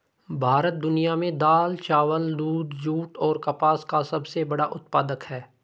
भारत दुनिया में दाल, चावल, दूध, जूट और कपास का सबसे बड़ा उत्पादक है